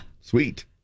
Sweet